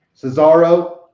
Cesaro